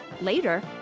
later